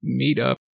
meetup